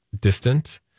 distant